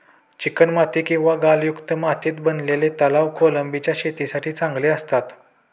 चिकणमाती किंवा गाळयुक्त मातीत बनवलेले तलाव कोळंबीच्या शेतीसाठी चांगले असतात